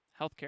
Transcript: healthcare